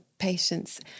Patients